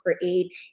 create